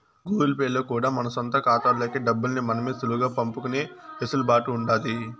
Google Pay లో కూడా మన సొంత కాతాల్లోకి డబ్బుల్ని మనమే సులువుగా పంపుకునే ఎసులుబాటు ఉండాది